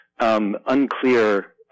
Unclear